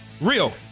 Real